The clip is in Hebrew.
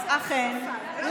אכן,